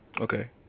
Okay